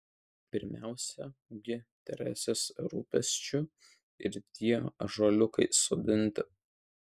pirmiausia gi teresės rūpesčiu ir tie ąžuoliukai sodinti